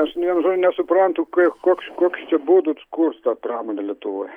aš vienu žodžiu nesuprantu kai koks koks čia būdas kur tą pramonę lietuvoj